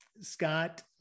Scott